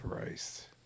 Christ